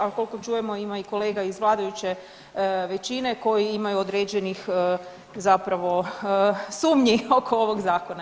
A koliko čujemo ima kolega iz vladajuće većine koji imaju određenih zapravo sumnji oko ovog zakona.